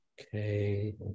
Okay